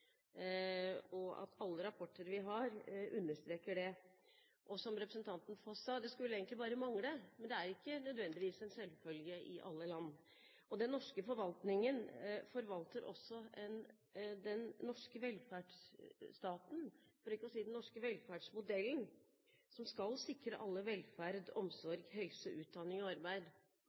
og at alle rapporter vi har, understreker det. Og som representanten Foss sa, det skulle egentlig bare mangle, men det er ikke nødvendigvis en selvfølge i alle land. Den norske forvaltningen forvalter også den norske velferdsstaten, for ikke å si den norske velferdsmodellen, som skal sikre alle velferd, omsorg, helse, utdanning og arbeid.